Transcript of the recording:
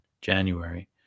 January